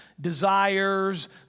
desires